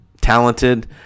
talented